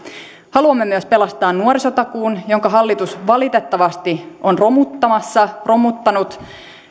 haluamme myös pelastaa nuorisotakuun jonka hallitus valitettavasti on romuttamassa romuttanut